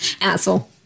Asshole